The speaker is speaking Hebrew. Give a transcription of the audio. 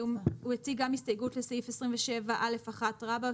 אז הוא הציג גם הסתייגות לסעיף 27א1 רבא,